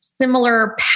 similar